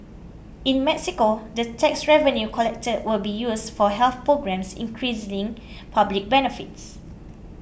in Mexico the tax revenue collected will be used for health programmes increasing public benefits